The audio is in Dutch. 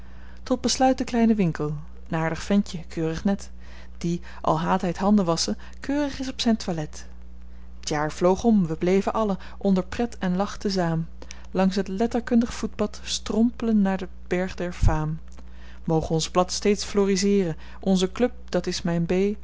tot besluit de kleine winkle n aardig ventje keurig net die al haat hij t handen wasschen keurig is op zijn toilet t jaar vloog om wij bleven allen onder pret en lach tezaam langs het letterkundig voetpad stromplen naar den berg der faam moog ons blad steeds floriseeren onze club dat is mijn